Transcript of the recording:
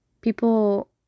People